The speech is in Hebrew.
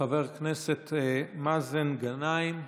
חבר כנסת מאזן גנאים,